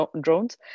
drones